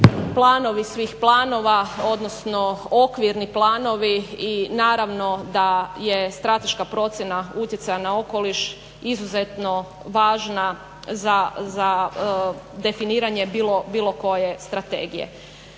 planovi svih planova, odnosno okvirni planovi i naravno da je strateška procjena utjecaja na okoliš izuzetno važna za definiranje bilo koje strategije.